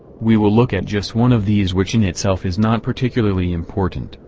we will look at just one of these which in itself is not particularly important,